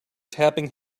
tapping